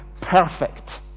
perfect